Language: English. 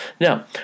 Now